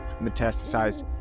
metastasized